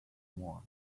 more